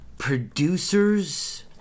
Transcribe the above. producers